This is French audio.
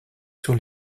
sur